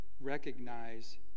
recognize